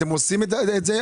אתם עושים את זה?